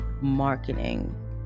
marketing